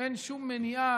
ואין שום מניעה,